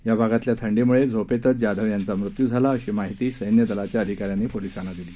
या भागातल्या थंडीमुळे झोपेतच जाधव यांचा मृत्यु झाला अशी माहिती संद्यि दलाच्या अधिकाऱ्यांनी पोलिसांना दिली